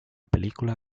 película